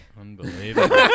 Unbelievable